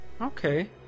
Okay